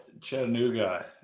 Chattanooga